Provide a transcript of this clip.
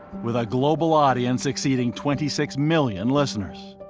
with a global audience exceeding twenty six million listeners.